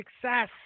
success